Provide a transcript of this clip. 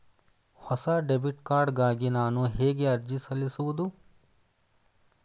ಹೊಸ debit card ಗಾಗಿ ನಾನು ಹೇಗೆ ಅರ್ಜಿ ಸಲ್ಲಿಸುವುದು?